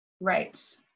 right